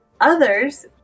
Others